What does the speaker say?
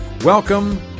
Welcome